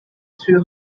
threw